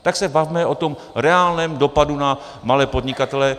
Tak se bavme o tom reálném dopadu na malé podnikatele.